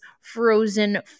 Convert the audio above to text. Frozen